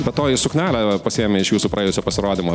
be to ji suknelę pasiėmė iš jūsų praėjusio pasirodymo